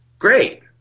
Great